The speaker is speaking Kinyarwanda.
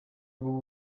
rwo